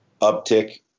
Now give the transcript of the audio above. uptick